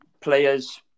players